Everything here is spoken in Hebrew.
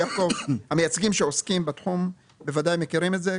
המייצגים שעוסקים בתחום בוודאי מכירים את זה,